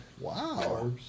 Wow